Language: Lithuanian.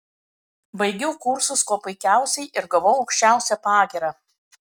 baigiau kursus kuo puikiausiai ir gavau aukščiausią pagyrą